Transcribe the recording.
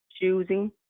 choosing